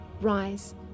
Rise